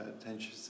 attention